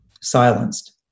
silenced